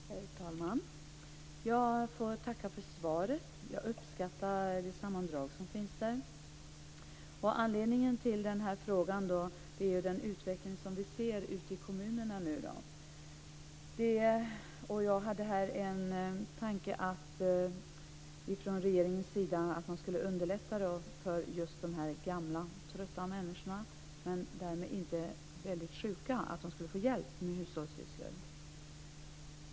Herr talman! Jag får tacka för svaret. Jag uppskattar det sammandrag som finns där. Anledningen till den här frågan är den utveckling som vi ser ute i kommunerna nu. Jag hade här en tanke om att man från regeringens sida skulle underlätta för just de här gamla trötta, men därmed inte väldigt sjuka, människorna så att de skulle få hjälp med hushållssysslor.